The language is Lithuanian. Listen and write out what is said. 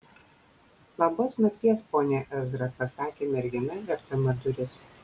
labos nakties pone ezra pasakė mergina verdama duris